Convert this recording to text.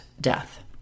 death